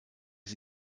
sie